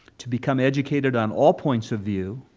to become educated on all points of view,